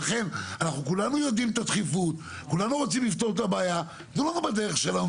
ולכן אנחנו אומרים את הדבר הבא בצורה מאוד ברורה.